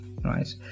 right